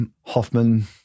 Hoffman